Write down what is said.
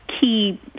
key